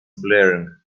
blaring